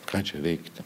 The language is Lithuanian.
ką čia veikti